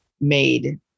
made